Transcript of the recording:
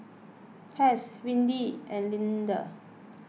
Tess Windy and Linda